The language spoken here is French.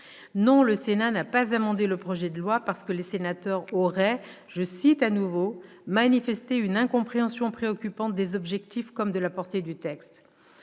Non, le Sénat n'a pas amendé le projet de loi parce que les sénateurs auraient « manifesté une incompréhension préoccupante des objectifs comme de la portée [du] texte ».